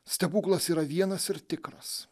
stebuklas yra vienas ir tikras